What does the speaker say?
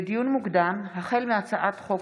לדיון מוקדם, החל בהצעת חוק